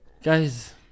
Guys